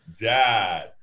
dad